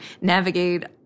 navigate